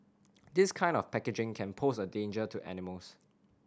this kind of packaging can pose a danger to animals